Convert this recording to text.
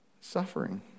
Suffering